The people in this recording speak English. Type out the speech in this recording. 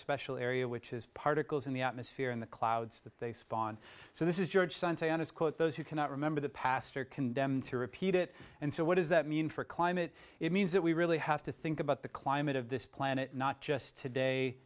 special area which is particles in the atmosphere and the clouds that they spawn so this is george santayana quote those who cannot remember the past are condemned to repeat it and so what does that mean for climate it means that we really have to think about the climate of this planet not just today